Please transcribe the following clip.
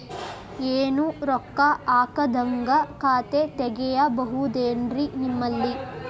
ಏನು ರೊಕ್ಕ ಹಾಕದ್ಹಂಗ ಖಾತೆ ತೆಗೇಬಹುದೇನ್ರಿ ನಿಮ್ಮಲ್ಲಿ?